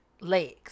legs